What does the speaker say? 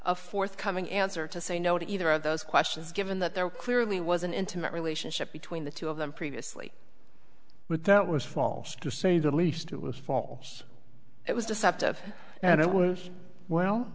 a forthcoming answer to say no to either of those questions given that there clearly was an intimate relationship between the two of them previously but that was false to say the least it was falls it was deceptive and it was